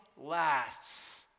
lasts